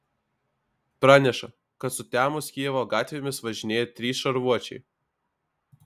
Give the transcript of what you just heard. praneša kad sutemus kijevo gatvėmis važinėja trys šarvuočiai